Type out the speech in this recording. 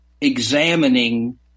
examining